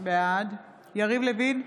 בעד יריב לוין,